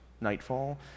nightfall